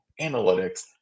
analytics